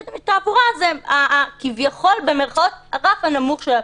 תעבורה כביכול זה הרף הנמוך של הפלילי.